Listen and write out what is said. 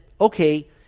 okay